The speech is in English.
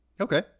Okay